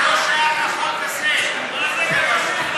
זה לא שייך לחוק הזה, בעיניים.